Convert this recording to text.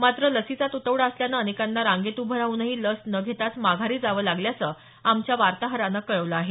मात्र लसीचा तुटवडा असल्यानं अनेकांना रांगेत उभं राहूनही लस न घेताच माघारी जावं लागत असल्याचं आमच्या वार्ताहरानं कळवलं आहे